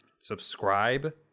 subscribe